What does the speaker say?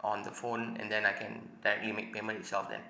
on the phone and then I can type in make payment itself then